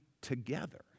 together